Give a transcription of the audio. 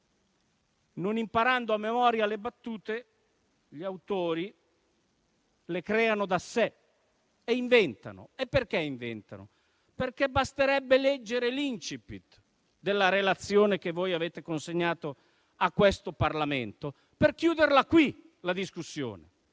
non imparando a memoria le battute, gli autori le creano da sé e inventano, perché basterebbe leggere l'*incipit* della relazione che voi avete consegnato a questo Parlamento per chiuderla qui la discussione.